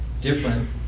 different